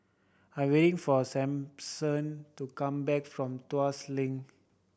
I waiting for Sampson to come back from Tuas Link